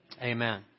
amen